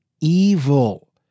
evil